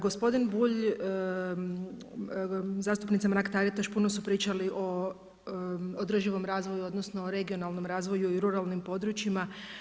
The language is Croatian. Gospodin Bulj, zastupnica Mrak Taritaš puno su pričali o održivom razvoju, odnosno regionalnom razvoju i ruralnim područjima.